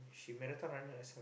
she marathon runner so